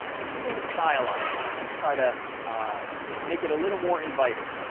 let's begin to stylize this and try to make it a little more inviting.